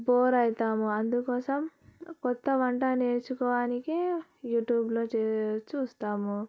bore అవుతాము అందుకోసం కొత్త వంట నేర్చుకోవానికి యూట్యూబ్లో చూ చూస్తాము